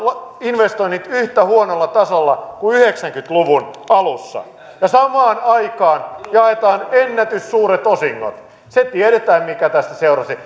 investoinnit yhtä huonolla tasolla kuin yhdeksänkymmentä luvun alussa ja samaan aikaan jaetaan ennätyssuuret osingot se tiedetään mikä tästä seurasi